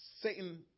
Satan